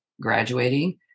graduating